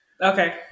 Okay